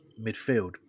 midfield